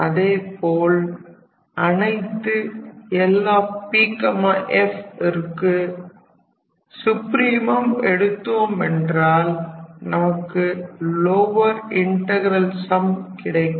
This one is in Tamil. அதேபோல் அனைத்து LPfற்கு சுப்ரீமம் எடுத்தோம் என்றால் நமக்கு லோவர் இன்டகரல் சம் கிடைக்கும்